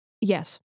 yes